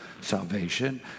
salvation